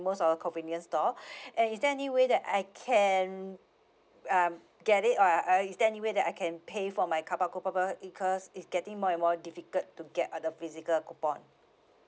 most of the convenience store and is there any way that I can um get it uh or is there any way that I can pay for my carpark coupon be~ because it's getting more and more difficult to get all the physical coupon